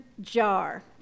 jar